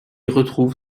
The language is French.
retrouve